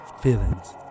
feelings